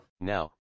Now